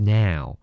now